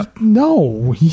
No